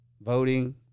Voting